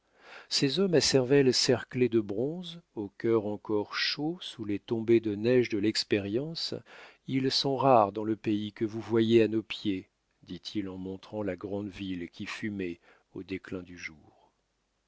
ces hommes à cervelle cerclée de bronze aux cœurs encore chauds sous les tombées de neige de l'expérience ils sont rares dans le pays que vous voyez à nos pieds dit-il en montrant la grande ville qui fumait au déclin du jour